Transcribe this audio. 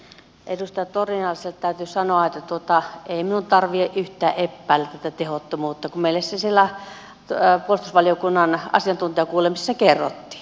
edustaja torniaiselle täytyy sanoa että ei minun tarvitse yhtään epäillä tätä tehottomuutta kun meille se siellä puolustusvaliokunnan asiantuntijakuulemisessa kerrottiin